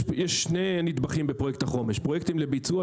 יש שני נדבכים בפרויקט החומש: פרויקטים לביצוע,